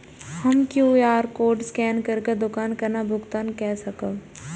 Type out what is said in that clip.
हम QR code scan करके दुकान केना भुगतान काय सकब?